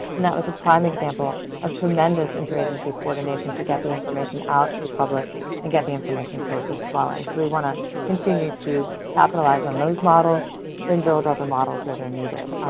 and that was a prime example of tremendous interagency coordination to get the information out to the public and get the information sources flowing. so we want to continue to capitalize on those models and build other models where they're needed.